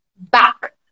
back